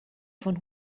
von